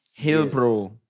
Hillbro